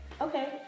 Okay